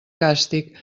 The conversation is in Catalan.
càstig